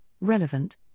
relevant